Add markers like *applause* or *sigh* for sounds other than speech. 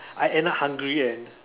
*laughs* I end up hungry and